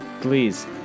please